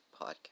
podcast